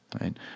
Right